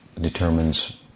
determines